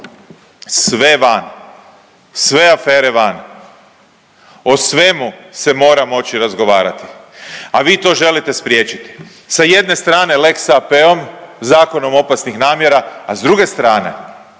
Sve van, sve afere van, o svemu se mora moći razgovarati, a vi to želite spriječiti. Sa jedne strane sa lex AP-om, zakonom opasnih namjera, a s druge strane